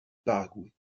paraguay